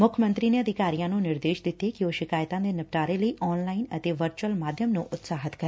ਮੁੱਖ ਮੰਤਰੀ ਨੇ ਅਧਿਕਾਰੀਆਂ ਨੂੰ ਨਿਰਦੇਸ਼ ਦਿੱਤੇ ਨੇ ਕਿ ਊਹ ਸ਼ਿਕਾਇਤਾਂ ਦੇ ਨਿਪਟਾਰੇ ਲਈ ਆਨ ਲਾਈਨ ਅਤੇ ਵਰਚੁਅਲ ਮਾਧਿਅਮ ਨੂੰ ਉਤਸ਼ਾਹਿਤ ਕਰਨ